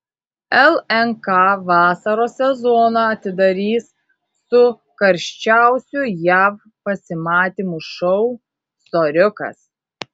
lnk vasaros sezoną atidarys su karščiausiu jav pasimatymų šou soriukas